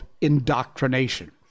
indoctrination